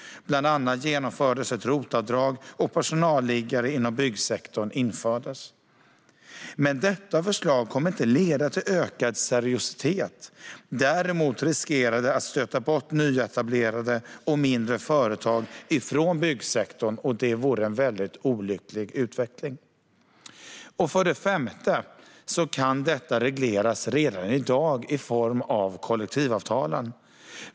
Bland annat infördes ROT-avdrag och personalliggare inom byggsektorn. Men detta förslag kommer inte att leda till ökad seriositet. Däremot riskerar det att stöta bort nyetablerade och mindre företag från byggsektorn. Det vore en väldigt olycklig utveckling. För det femte kan detta regleras redan i dag, genom kollektivavtalen.